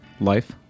life